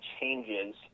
changes